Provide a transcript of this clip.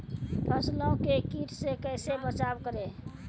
फसलों को कीट से कैसे बचाव करें?